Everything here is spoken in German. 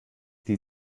die